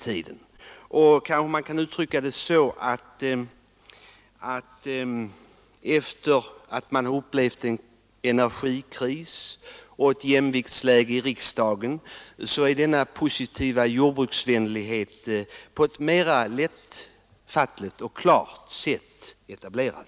Måhända kan man uttrycka saken så, att efter det att vi upplevt en energikris och ett jämviktsläge i riksdagen är denna positiva jordbruksvänlighet på ett mera påtagligt och klart sätt demonstrerad.